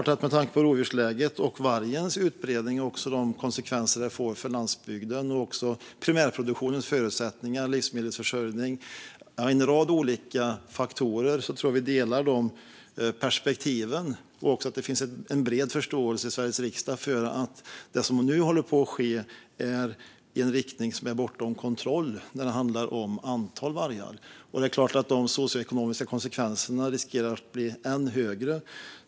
Med tanke på rovdjursläget, vargens utbredning och de konsekvenser detta får för landsbygden och primärproduktionens förutsättningar, livsmedelsförsörjning och en rad olika faktorer tror jag att vi delar synen på dessa perspektiv. Jag tror också att det finns en bred förståelse i Sveriges riksdag för att det som nu håller på att ske går i en riktning som är bortom kontroll när det handlar om antal vargar. Det är klart att de socioekonomiska konsekvenserna riskerar att bli än större.